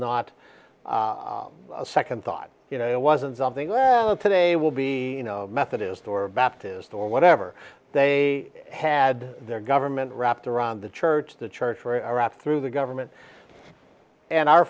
not a second thought you know it wasn't something well today will be methodist or baptist or whatever they had their government wrapped around the church the church for iraq through the government and our